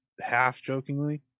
half-jokingly